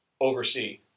oversee